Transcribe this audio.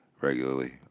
regularly